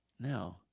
No